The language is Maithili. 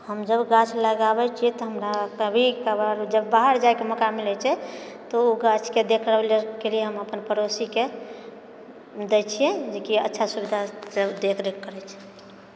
हम जब गाछ लगाबए छिए तऽ हमरा कभी कभार जब बाहर जाएके मौका मिलैत छै तऽ ओ गाछके देखैके लिए हम अपन पड़ोसीके दए छिऐ जेकि अच्छा सुविधासँ देखरेख करैत छै